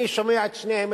אני שומע את שניהם,